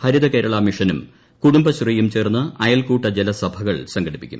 ഹരിതകേരളം മിഷനും കുടുംബശ്രീയും ചേർന്ന് അയൽക്കൂട്ട ജലസഭകൾ സംഘടിപ്പിക്കും